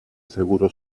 seguro